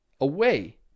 away